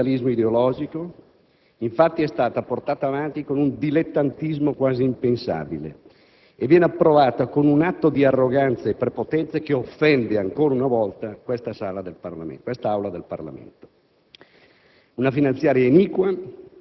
ed è originata da fondamentalismo ideologico. Infatti, è stata portata avanti con un dilettantismo quasi impensabile e viene approvata con un atto di arroganza e prepotenza che offende ancora una volta questa Aula del Parlamento. È una finanziaria